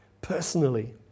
personally